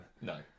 No